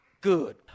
good